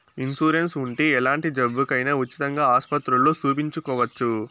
insurance ఉంటే ఎలాంటి జబ్బుకైనా ఉచితంగా ఆస్పత్రుల్లో సూపించుకోవచ్చు